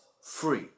free